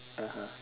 (uh huh)